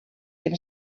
him